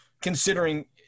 considering